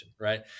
right